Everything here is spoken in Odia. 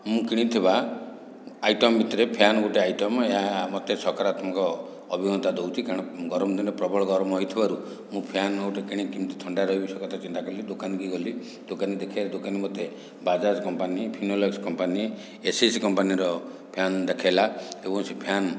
ମୁଁ କିଣିଥିବା ଆଇଟମ୍ ଭିତରେ ଫ୍ୟାନ୍ ଗୋଟିଏ ଆଇଟମ୍ ଏହା ମୋତେ ସକାରାତ୍ମକ ଅଭିଜ୍ଞତା ଦେଉଛି କାରଣ ଗରମ ଦିନେ ପ୍ରବଳ ଗରମ ହୋଇଥିବାରୁ ମୁଁ ଫ୍ୟାନ୍ ଗୋଟିଏ କିଣି କେମିତି ଥଣ୍ଡାରେ ରହିବି ସେ କଥା ଚିନ୍ତା କଲି ଦୋକାନୀ କି ଗଲି ଦୋକାନ ଦେଖିବାରେ ଦୋକାନୀ ମୋତେ Bajaj company Finolex company SSC କମ୍ପାନୀର ଫ୍ୟାନ୍ ଦେଖାଇଲା ଏବଂ ସେ ଫ୍ୟାନ୍